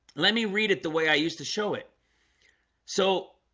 let me read it the way i used to show it so